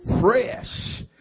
fresh